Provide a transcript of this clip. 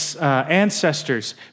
ancestors